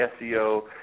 SEO